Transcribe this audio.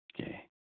Okay